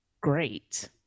great